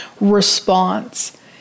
response